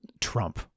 Trump